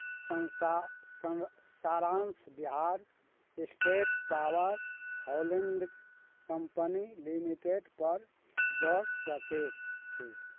संसा सन् सारांश Bihar state power holding company लिमिटेडपर दऽ सकैत छी